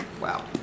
Wow